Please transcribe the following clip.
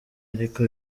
ariko